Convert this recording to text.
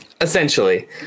Essentially